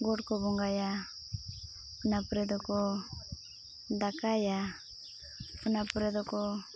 ᱜᱚᱴ ᱠᱚ ᱵᱚᱸᱜᱟᱭᱟ ᱚᱱᱟ ᱯᱚᱨᱮ ᱫᱚᱠᱚ ᱫᱟᱠᱟᱭᱟ ᱚᱱᱟ ᱯᱚᱨᱮ ᱫᱚᱠᱚ